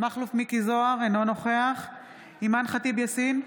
מכלוף מיקי זוהר, אינו נוכח אימאן ח'טיב יאסין,